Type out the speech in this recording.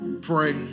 pray